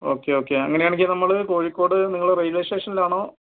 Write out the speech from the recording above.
okay okay അങ്ങനെയാണെങ്കിൽ നമ്മൾ കോഴിക്കോട് നിങ്ങൾ റെയിൽവേ സ്റ്റേഷനിലാണോ